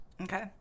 Okay